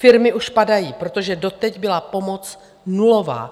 Firmy už padají, protože doteď byla pomoc nulová.